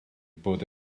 bod